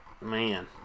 man